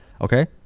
Okay